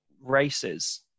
races